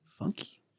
Funky